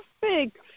perfect